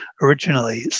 originally